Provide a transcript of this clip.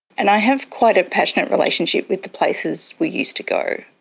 and i have quite a passionate relationship with the places we used to go.